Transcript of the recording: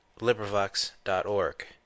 LibriVox.org